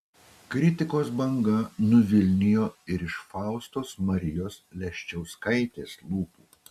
kritikos banga nuvilnijo ir iš faustos marijos leščiauskaitės lūpų